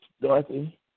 Dorothy